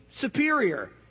superior